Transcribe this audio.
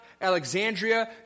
Alexandria